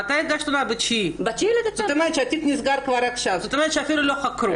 זה אומר שאפילו לא חקרו.